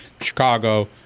Chicago